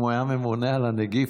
אם הוא היה ממונה על הנגיף,